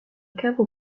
caveau